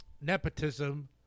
nepotism